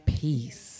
Peace